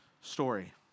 story